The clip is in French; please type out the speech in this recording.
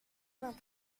vingt